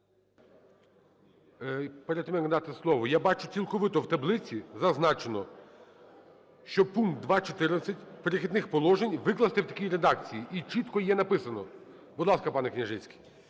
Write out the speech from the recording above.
Перед тим, як надати слово, я бачу цілковито в таблиці зазначено, що пункт 2.14 "Перехідних положень" викласти в такій редакції – і чітко її написано. Будь ласка, пане Княжицький.